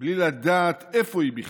בלי לדעת איפה היא בכלל.